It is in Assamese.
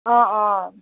অঁ অঁ